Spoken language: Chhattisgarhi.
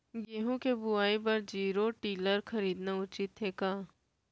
गेहूँ के बुवाई बर जीरो टिलर खरीदना उचित रही का?